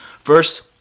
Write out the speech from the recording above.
First